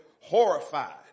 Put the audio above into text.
Horrified